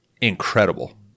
incredible